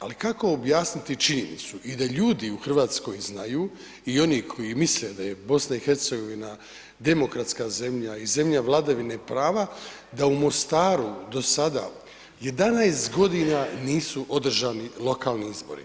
Ali kako objasniti činjenicu i da ljudi u Hrvatskoj znaju i oni koji misle da je BiH demokratska zemlja i zemlja vladavine prava da u Mostaru do sada 11 godina nisu održani lokalni izbori.